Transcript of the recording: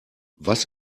was